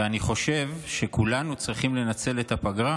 ואני חושב שכולנו צריכים לנצל את הפגרה